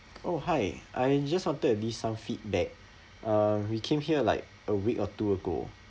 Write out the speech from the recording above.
oh hi I just wanted to give some feedback uh we came here like a week or two ago